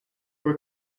were